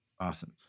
Awesome